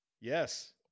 Yes